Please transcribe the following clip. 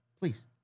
please